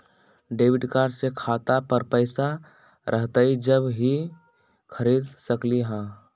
Debit card से खाता पर पैसा रहतई जब ही खरीद सकली ह?